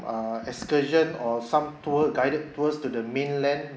uh excursion or some tour guided tours to the mainland